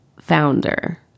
Founder